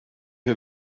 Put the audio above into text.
her